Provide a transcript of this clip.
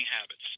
habits